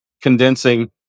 condensing